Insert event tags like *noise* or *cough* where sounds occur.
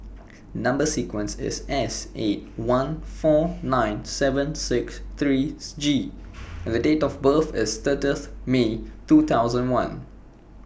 Number sequence IS S eight one four nine seven six three *unintelligible* G and The Date of birth IS thirtieth May two thousand one